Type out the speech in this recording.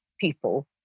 people